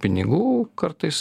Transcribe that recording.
pinigų kartais